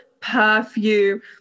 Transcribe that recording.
perfume